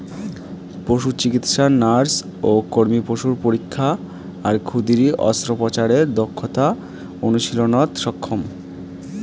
পশুচিকিৎসা nurse ও কর্মী পশুর পরীক্ষা আর ক্ষুদিরী অস্ত্রোপচারের দক্ষতা অনুশীলনত সক্ষম